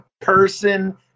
person